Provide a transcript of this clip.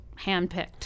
handpicked